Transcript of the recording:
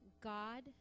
God